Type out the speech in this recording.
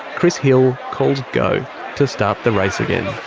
chris hill calls go to start the race again.